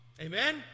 Amen